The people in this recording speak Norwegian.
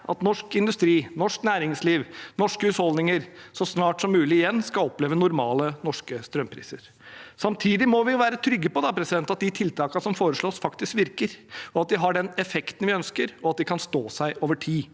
at norsk industri, norsk næringsliv og norske husholdninger så snart som mulig igjen skal oppleve normale norske strømpriser. Samtidig må vi være trygge på at de tiltakene som foreslås, faktisk virker, at de har den effekten vi ønsker, og at de kan stå seg over tid.